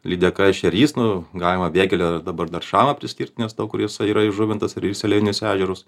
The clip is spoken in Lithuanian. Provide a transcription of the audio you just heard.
lydeka ešerys nu galima vėgėlę dabar dar šamą priskirt nes daug kur jisai yra įžuvintas ir į selenius ežerus